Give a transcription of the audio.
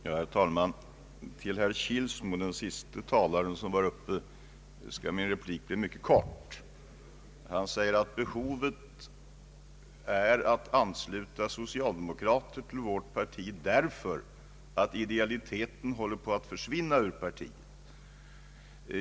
Herr talman! Till herr Kilsmo skall min replik bli mycket kort. Han säger att vi behöver ansluta socialdemokrater till vårt parti därför att idealiteten håller på att försvinna ur partiet.